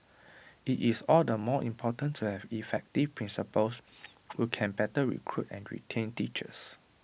IT is all the more important to have effective principals who can better recruit and retain teachers